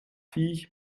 viech